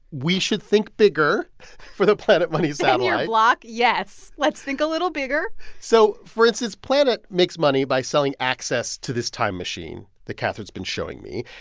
we should think bigger for the planet money satellite block? yes. let's think a little bigger so for instance, planet makes money by selling access to this time machine that katherine's been showing me.